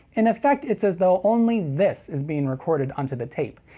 in effect it's as though only this is being recorded onto the tape,